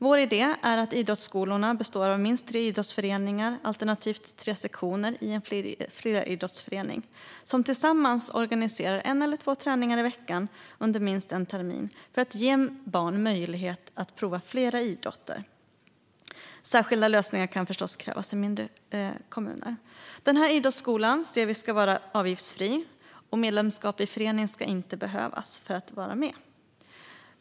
Vår idé är att idrottsskolorna ska bestå av minst tre idrottsföreningar, alternativt tre sektioner i en fleridrottsförening, som tillsammans organiserar en eller två träningar i veckan under minst en termin för att ge barn möjlighet att prova flera idrotter. Särskilda lösningar kan krävas i mindre kommuner. Idrottsskolan ska vara avgiftsfri, och medlemskap i en förening ska inte behövas för att vara med.